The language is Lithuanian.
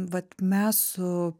vat mes su